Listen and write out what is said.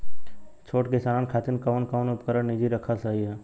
छोट किसानन खातिन कवन कवन उपकरण निजी रखल सही ह?